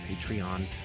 Patreon